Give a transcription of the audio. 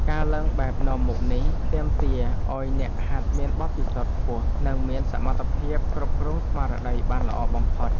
ការឡើងបែបនាំមុខនេះ ទាមទារឱ្យអ្នកហាត់មានបទពិសោធន៍ខ្ពស់ និងមានសមត្ថភាពគ្រប់គ្រងស្មារតីបានល្អបំផុត។